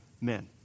men